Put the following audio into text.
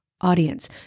audience